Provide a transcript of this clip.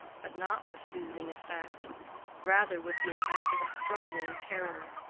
but not with soothing effect rather with the effect of a struggling terror.